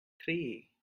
three